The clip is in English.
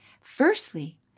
firstly